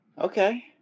Okay